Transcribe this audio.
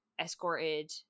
escorted